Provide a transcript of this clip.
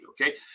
okay